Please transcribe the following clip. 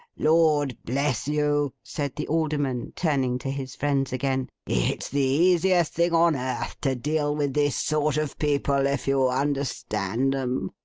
lord bless you said the alderman, turning to his friends again, it's the easiest thing on earth to deal with this sort of people, if you understand em.